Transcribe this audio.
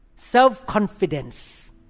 self-confidence